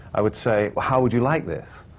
i would say, how would you like this?